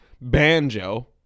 Banjo